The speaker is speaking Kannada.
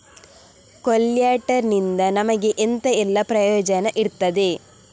ಕೊಲ್ಯಟರ್ ನಿಂದ ನಮಗೆ ಎಂತ ಎಲ್ಲಾ ಪ್ರಯೋಜನ ಇರ್ತದೆ?